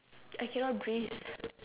I cannot breathe